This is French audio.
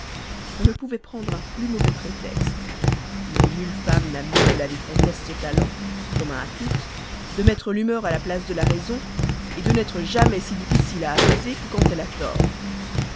on ne pouvait prendre un plus mauvais prétexte mais nulle femme n'a mieux que la vicomtesse ce talent commun à toutes de mettre l'humeur à la place de la raison de n'être jamais si difficile à apaiser que quand elle a tort